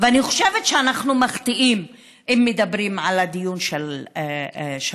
ואני חושבת שאנחנו מחטיאים אם מדברים על דיון של שבת.